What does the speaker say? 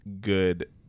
good